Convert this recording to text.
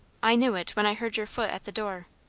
i knew it, when i heard your foot at the door.